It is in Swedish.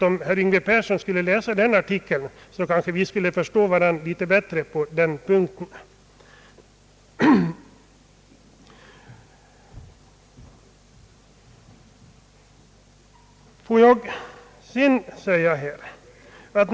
Om han läser den artikeln tror jag att vi skall förstå varandra litet bättre i denna fråga.